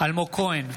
אלמוג כהן,